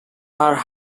are